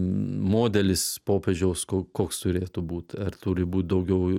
modelis popiežiaus koks turėtų būt ar turi būt daugiau